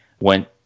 went